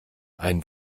einen